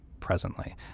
presently